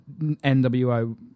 NWO